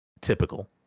typical